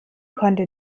konnte